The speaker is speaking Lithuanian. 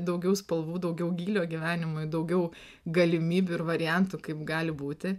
daugiau spalvų daugiau gylio gyvenimui daugiau galimybių ir variantų kaip gali būti